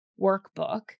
workbook